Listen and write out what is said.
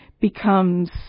becomes